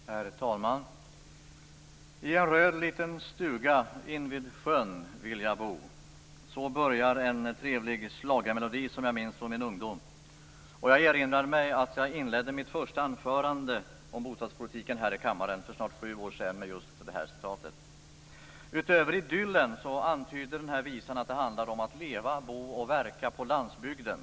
Herr talman! "I en röd liten stuga invid sjön vill jag bo." Så börjar en trevlig schlagermelodi som jag minns från min ungdom. Jag erinrar mig att jag inledde mitt första anförande om bostadspolitiken här i kammaren för snart sju år sedan med just det citatet. Utöver idyllen antyder den här visan att det handlar om att leva, bo och verka på landsbygden.